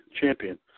Champion